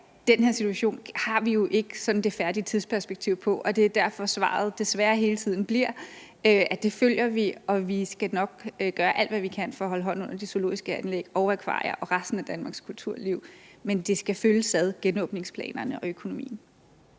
den her situation har vi jo ikke sådan det færdige tidsperspektiv på, og det er derfor, svaret desværre hele tiden bliver, at det følger vi, og vi skal nok gøre alt, hvad vi kan, for at holde hånden under de zoologiske anlæg og akvarier og resten af Danmarks kulturliv. Men genåbningsplanerne og økonomien